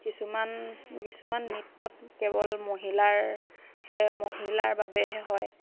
কিছুমান কিছুমান নৃত্যত কেৱল মহিলাৰহে মহিলাৰ বাবেহে হয়